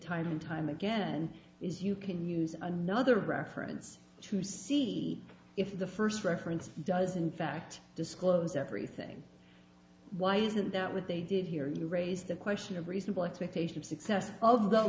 time and time again is you can use another reference to see if the first reference does in fact disclose everything why isn't that what they did here you raised the question of reasonable expectation of success